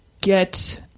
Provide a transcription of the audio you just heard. get